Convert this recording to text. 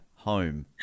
home